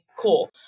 cool